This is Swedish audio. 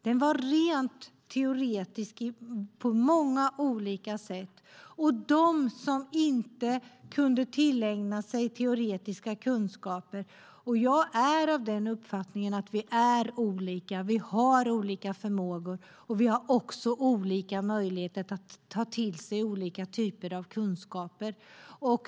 Den var rent teoretisk på många olika sätt. Det fanns de som inte kunde tillägna sig teoretiska kunskaper, och jag är av uppfattningen att vi är olika, att vi har olika förmågor och också olika möjligheter att ta till oss olika typer av kunskaper.